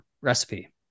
recipe